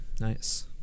Nice